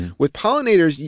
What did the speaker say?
with pollinators,